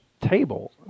table